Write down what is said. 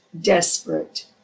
desperate